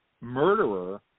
murderer